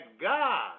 God